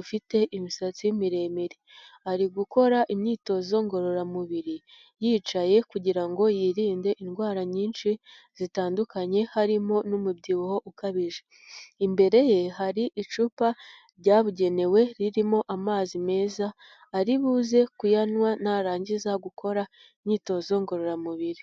ufite imisatsi miremire. Ari gukora imyitozo ngororamubiri yicaye, kugira ngo yirinde indwara nyinshi zitandukanye, harimo n'umubyibuho ukabije. Imbere ye hari icupa ryabugenewe ririmo amazi meza, aribuze kuyanywa narangiza gukora imyitozo ngororamubiri.